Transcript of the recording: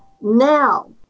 Now